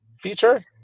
feature